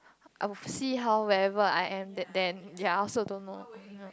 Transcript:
I would see how wherever I am then ya I also don't know